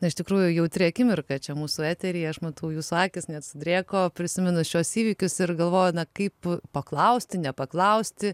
na iš tikrųjų jautri akimirka čia mūsų eteryje aš matau jūsų akys net sudrėko prisiminus šiuos įvykius ir galvoju kaip paklausti nepaklausti